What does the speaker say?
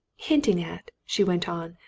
hinting at? she went on,